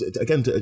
again